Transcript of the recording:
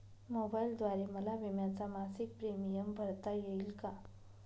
मोबाईलद्वारे मला विम्याचा मासिक प्रीमियम भरता येईल का?